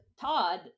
Todd